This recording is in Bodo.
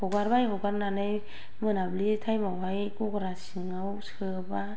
हगारबाय हगारनानै मोनाबिलि टाइम आवहाय गग्रा सिङाव सोबाय